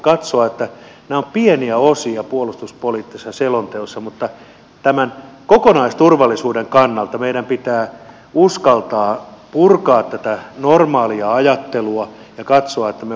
nämä ovat pieniä osia puolustuspoliittisessa selonteossa mutta tämän kokonaisturvallisuuden kannalta meidän pitää uskaltaa purkaa tätä normaalia ajattelua ja katsoa että me voimme niin kuin tuottaa